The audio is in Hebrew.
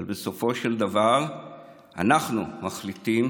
אבל בסופו של דבר אנחנו מחליטים